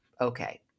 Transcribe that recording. Okay